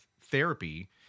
therapy